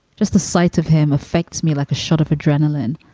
just the sight of him affects me like a shot of adrenaline.